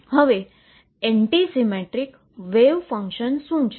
હવે anti symmetric wave function શું છે